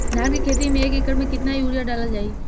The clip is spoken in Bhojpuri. धान के खेती में एक एकड़ में केतना यूरिया डालल जाई?